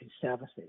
Services